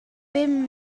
bum